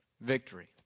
Victory